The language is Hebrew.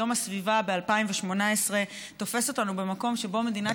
יום הסביבה ב-2018 תופס אותנו במקום שבו מדינת